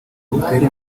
utere